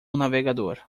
navegador